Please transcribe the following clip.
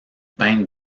peintre